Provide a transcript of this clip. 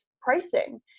pricing